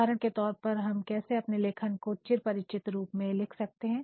उदाहरण के तौर पर हम कैसे अपने लेखन को चिर परिचित रूप से लिख सकते हैं